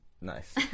Nice